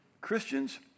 Christians